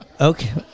Okay